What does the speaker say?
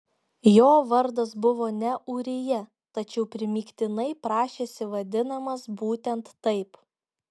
jo vardas buvo ne ūrija tačiau primygtinai prašėsi vadinamas būtent taip